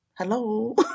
hello